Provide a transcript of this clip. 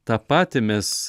tą patį mes